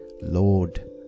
Lord